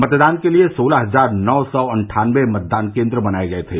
मतदान के लिए सोलह हजार नौ सौ अन्ठानबे मतदान केन्द्र बनाए गए थे